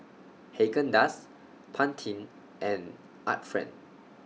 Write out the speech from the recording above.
Haagen Dazs Pantene and Art Friend